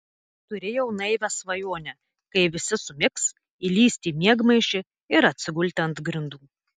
turėjau naivią svajonę kai visi sumigs įlįsti į miegmaišį ir atsigulti ant grindų